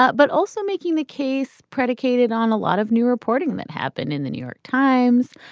but but also making the case predicated on a lot of new reporting that happened in the new york times,